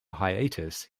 hiatus